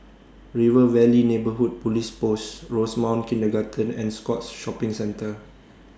River Valley Neighbourhood Police Post Rosemount Kindergarten and Scotts Shopping Centre